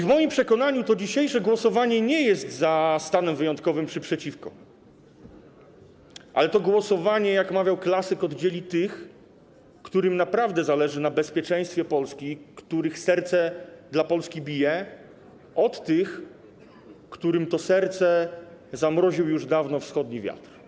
W moim przekonaniu to dzisiejsze głosowanie nie jest za stanem wyjątkowym czy przeciwko, ale to głosowanie, jak mawiał klasyk, oddzieli tych, którym naprawdę zależy na bezpieczeństwie Polski, których serce dla Polski bije, od tych, którym to serce zamroził już dawno wschodni wiatr.